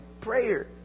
prayer